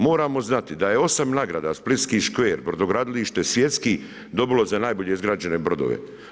Moramo znati, da je 8 nagrada splitski škver, brodogradilište, svjetski, dobilo za najbolje izgrađene brodove.